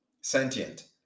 sentient